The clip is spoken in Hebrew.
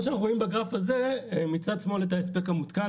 בגרף הזה אנחנו רואים בצד שמאל את ההספק המותקן,